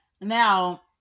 Now